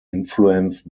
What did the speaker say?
influenced